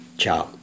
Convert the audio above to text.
Ciao